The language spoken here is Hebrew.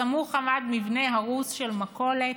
בסמוך עמד מבנה הרוס של מכולת.